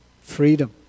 freedom